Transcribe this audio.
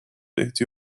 tehti